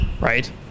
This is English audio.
right